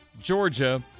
Georgia